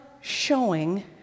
showing